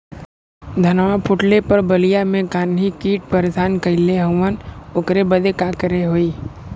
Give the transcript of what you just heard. धनवा फूटले पर बलिया में गान्ही कीट परेशान कइले हवन ओकरे बदे का करे होई?